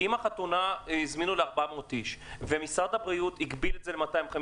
אם הזמינו לחתונה 400 איש ומשרד הבריאות הגביל את זה ל-250,